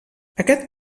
aquest